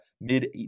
mid